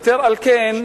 יתר על כן,